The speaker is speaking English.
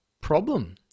problem